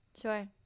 Sure